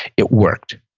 it worked,